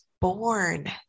born